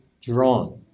drawn